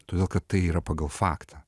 todėl kad tai yra pagal faktą